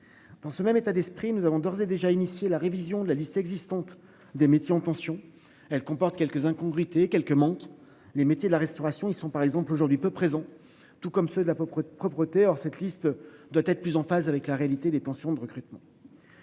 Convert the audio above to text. Dans ce même état d'esprit nous avons d'ores et déjà initié la révision de la liste existante des métiers en pension. Elle comporte quelques incongruités quelques manques. Les métiers de la restauration. Ils sont par exemple aujourd'hui peu présents, tout comme ceux de la près de propreté. Alors cette liste doit être plus en phase avec la réalité des tensions de recrutement.